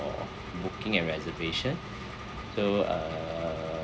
booking and reservation so uh